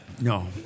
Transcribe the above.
No